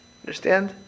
Understand